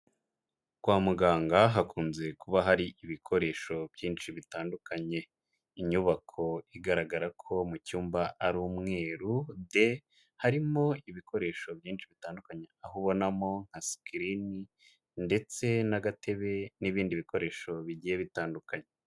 Kwa muganga hakunze kuba hari ibikoresho byinshi bitandukanye, inyubako igaragara ko mu cyumba ari umweru de, harimo ibikoresho byinshi bitandukanye aho ubonamo nka sikirini ndetse n'agatebe n'ibindi bikoresho bigiye bitandukanye.